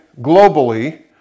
globally